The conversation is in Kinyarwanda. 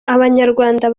abanyarwanda